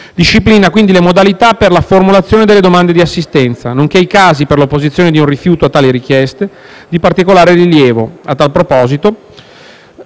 disciplina quindi le modalità per la formulazione delle domande di assistenza, nonché i casi per l'opposizione di un rifiuto a tali richieste. Di particolare rilievo, a tal proposito,